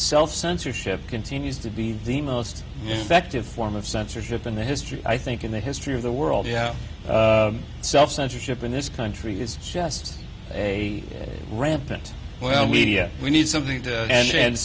self censorship continues to be the most effective form of censorship in the history i think in the history of the world yeah self censorship in this country is just a rampant well media we need something to stand